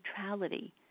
neutrality